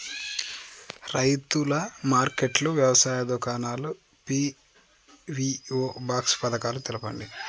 రైతుల మార్కెట్లు, వ్యవసాయ దుకాణాలు, పీ.వీ.ఓ బాక్స్ పథకాలు తెలుపండి?